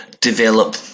develop